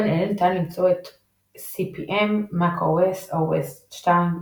בין אלה ניתן למצוא את CP/M, Mac OS, OS/2 וכולי.